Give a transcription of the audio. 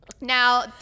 Now